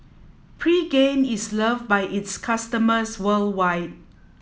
pregain is loved by its customers worldwide